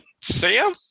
sam